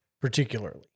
particularly